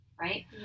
right